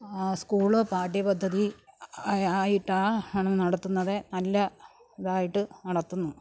സ്കൂളൊ പാഠ്യപദ്ധതി ആയിട്ടാണ് ആണ് നടത്തുന്നത് നല്ല ഇതായിട്ട് നടത്തുന്നു